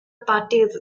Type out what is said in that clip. parties